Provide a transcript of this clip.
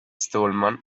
stallman